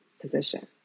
position